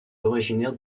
originaires